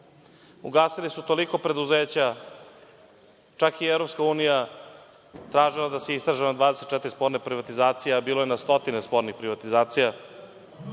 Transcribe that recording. Ugasili su toliko preduzeća, čak i EU je tražila da se istraže 24 sporne privatizacije, a bilo je na stotine spornih privatizacija. Toliko